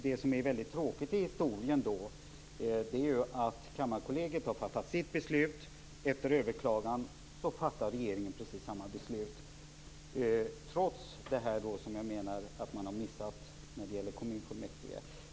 Det tråkiga i historien är att Kammarkollegiet har fattat ett beslut och att regeringen efter överklagande fattade precis samma beslut, trots den missuppfattning som jag menar att man har gjort sig skyldig till när det gäller kommunfullmäktige.